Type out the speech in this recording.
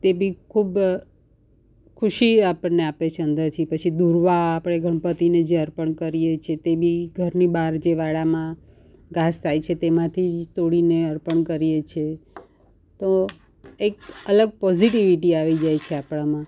તે બી ખૂબ ખુશી આપણને આપે છે અંદરથી પછી દૂર્વા આપણે જે ગણપતિને અર્પણ કરીએ છીએ તે બી ઘરની બહાર જે વાડામાં ઘાસ થાય છે તેમાંથી જ તોડીને અર્પણ કરીએ છીએ તો એક અલગ પોઝિટિવિટી આવી જાય છે આપણામાં